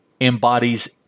embodies